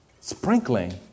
sprinkling